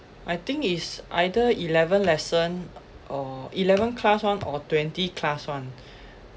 I think it's either eleven lesson or eleven class one or twenty class one